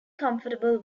comfortable